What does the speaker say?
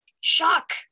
shock